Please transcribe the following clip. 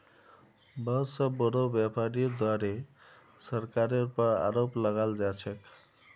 बहुत स बोरो व्यापीरीर द्वारे सरकारेर पर आरोप लगाल जा छेक